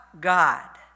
god